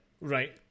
right